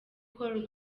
call